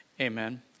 Amen